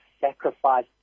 sacrifice